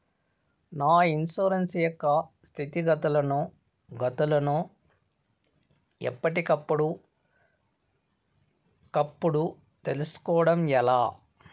నా ఇన్సూరెన్సు యొక్క స్థితిగతులను గతులను ఎప్పటికప్పుడు కప్పుడు తెలుస్కోవడం ఎలా?